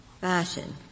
fashion